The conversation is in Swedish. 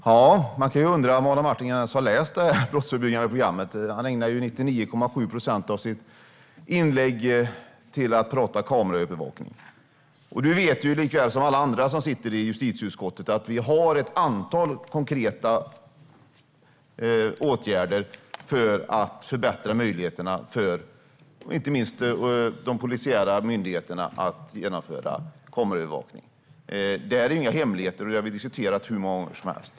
Fru talman! Man kan undra om Adam Marttinen ens har läst det här brottsförebyggande programmet. Han ägnar 99,7 procent av sitt anförande åt att tala om kameraövervakning. Du vet likaväl som alla andra i justitieutskottet, Adam Marttinen, att det har lagts fram ett antal förslag på konkreta åtgärder för att förbättra möjligheterna för inte minst de polisiära myndigheterna att genomföra kameraövervakning. Det är inga hemligheter. Vi har diskuterat det hur många gånger som helst.